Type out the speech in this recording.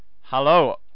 Hello